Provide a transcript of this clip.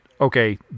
okay